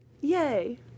Yay